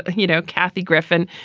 ah you know, kathy griffin,